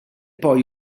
poi